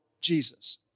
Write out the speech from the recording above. Jesus